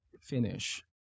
finish